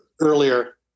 earlier